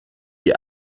die